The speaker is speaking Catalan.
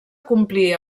complir